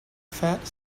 fat